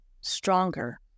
stronger